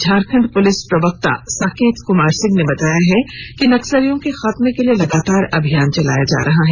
Jharkhand police प्रवक्ता साकेत कुमार सिंह ने कहा कि नक्सलियों के खात्मे के लिए लगातार अभियान चलाया जा रहा है